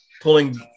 pulling